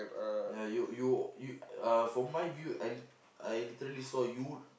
ya you you you uh from my view I I literally saw you